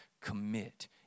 commit